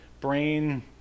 Brain